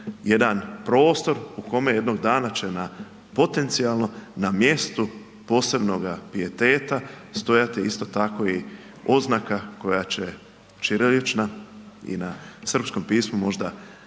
jedan prostor u kome jednog dana potencijalno na mjestu posebnoga pijeteta stojati isto tako i oznaka koja će ćirilična i na srpskom pismu možda upravo